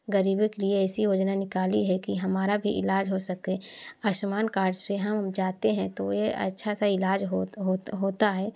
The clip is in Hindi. गरीबों के लिए ऐसी योजना निकाली है कि हमारा भी इलाज हो सके आयुष्मान कार्ड से हम जाते हैं तो यह अच्छा सा इलाज होत होता है